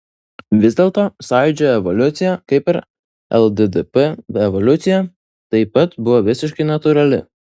vis dėlto sąjūdžio evoliucija kaip ir lddp evoliucija taip pat buvo visiškai natūrali